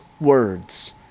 words